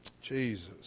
Jesus